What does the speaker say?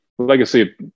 Legacy